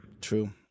True